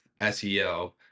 SEO